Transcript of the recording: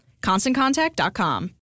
ConstantContact.com